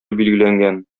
билгеләнгән